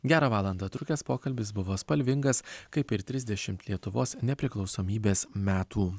gerą valandą trukęs pokalbis buvo spalvingas kaip ir trisdešimt lietuvos nepriklausomybės metų